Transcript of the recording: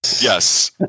Yes